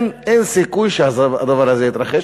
אין סיכוי שהדבר הזה יתרחש.